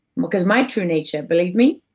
because, my true nature, believe me,